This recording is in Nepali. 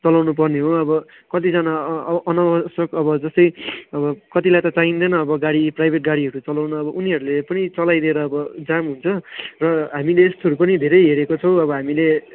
चलाउनु पर्ने हो अब कतिजना अब अनावश्यक अब जस्तै अब कतिलाई त चाहिँदैन अब गाडी प्राइभेट गाडीहरू चलाउन अब उनीहरूले पनि चलाइदिएर अब जाम हुन्छ र हामीले यस्तोहरू पनि धेरै हेरेको छौँ अब हामीले